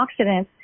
antioxidants